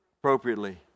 Appropriately